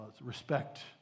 Respect